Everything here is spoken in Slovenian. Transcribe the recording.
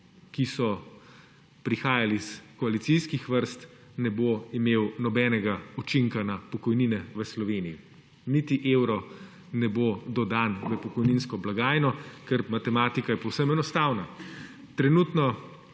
ki so prihajali iz koalicijskih vrst, ne bo imel nobenega učinka na pokojnine v Sloveniji. Niti evro ne bo dodan v pokojninsko blagajno, ker matematika je povsem enostavna. Trenutno,